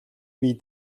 бий